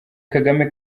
kagame